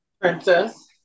Princess